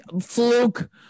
fluke